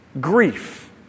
grief